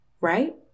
Right